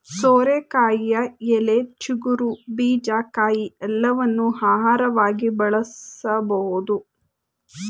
ಸೋರೆಕಾಯಿಯ ಎಲೆ, ಚಿಗುರು, ಬೀಜ, ಕಾಯಿ ಎಲ್ಲವನ್ನೂ ಆಹಾರವಾಗಿ ಬಳಸಬೋದು